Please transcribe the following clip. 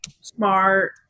Smart